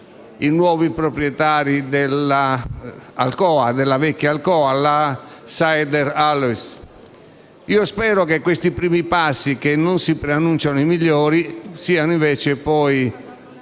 i nuovi proprietari della vecchia Alcoa, oggi Sider Alloys. Spero che questi primi passi, che non si preannunciano i migliori, siano invece poi